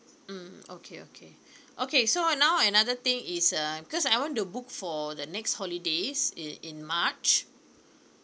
mm okay okay okay so ah now another thing is uh because I want to book for the next holidays in in march